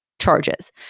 charges